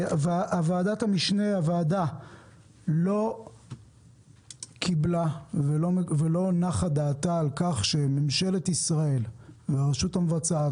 הוועדה לא קיבלה ולא נחה דעתה על כך שממשלת ישראל והרשות המבצעת